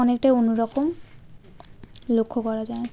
অনেকটাই অনুরকম লক্ষ্য করা যায়